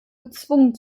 gezwungen